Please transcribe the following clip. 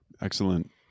excellent